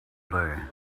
day